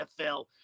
NFL